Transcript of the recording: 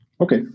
Okay